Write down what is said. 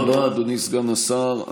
תודה רבה, אדוני סגן השר.